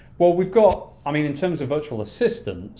well, we've got, i mean in terms of virtual assistants,